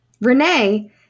Renee